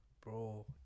Bro